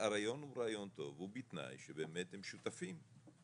הרעיון הוא רעיון טוב בתנאי שבאמת הם יהיו שותפים.